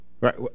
Right